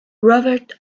robert